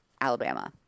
Alabama